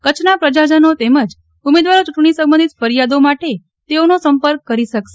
કચ્છના પ્રજાજનો તેમજ ઉમેદવારો ચૂંટણી સંબંધિત ફરિયાદો માટે તેઓનો સંપર્ક કરી શકશે